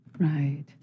Right